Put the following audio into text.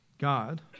God